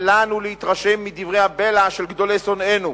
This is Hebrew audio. אל לנו להתרשם מדברי הבלע של גדולי שונאינו,